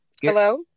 Hello